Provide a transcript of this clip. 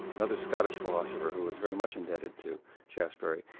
another scottish philosopher who was very much indebted to shaftesbury.